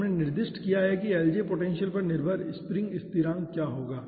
फिर हमने निर्दिष्ट किया है कि LJ पोटेंशियल पर निर्भर स्प्रिंग स्थिरांक क्या होगा